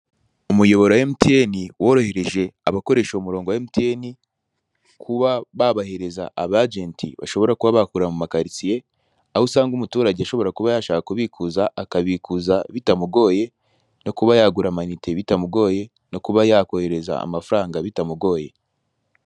Umuyoboro wa MTN worohereje abakoresha uwo murongo wa MTN kuba babahereza aba ajenti bashobora kuba bakorera muma karitsiye, aho usanga umuturage ashobora kuba yashaka kubikuza akabikuza bitamugoye, no kuba yagura amayinite bitamugoye no kuba yakohereza amafaranga bitamugoye.